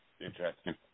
Interesting